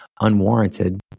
unwarranted